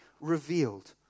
revealed